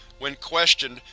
when questioned,